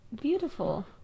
beautiful